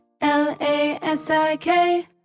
L-A-S-I-K